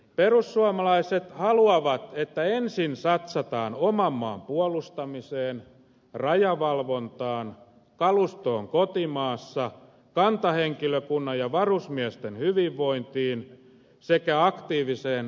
perussuomalaiset haluavat että ensin satsataan oman maan puolustamiseen rajavalvontaan siihen että kalusto on kotimaassa kantahenkilökunnan ja varusmiesten hyvinvointiin sekä aktiiviseen reserviläistoimintaan